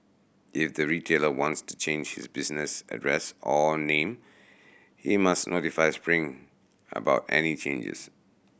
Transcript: if the retailer wants to change his business address or name he must notify Spring about any changes